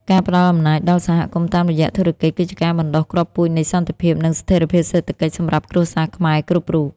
ការផ្ដល់អំណាចដល់សហគមន៍តាមរយៈធុរកិច្ច គឺជាការបណ្ដុះគ្រាប់ពូជនៃសន្តិភាព និងស្ថិរភាពសេដ្ឋកិច្ចសម្រាប់គ្រួសារខ្មែរគ្រប់រូប។